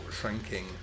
Shrinking